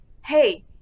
hey